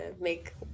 make